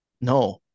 No